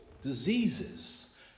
diseases